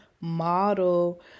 model